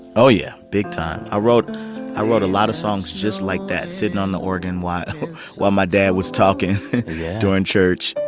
oh, yeah big time. i wrote i wrote a lot of songs just like that, sitting on the organ while while my dad was talking during church.